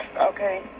Okay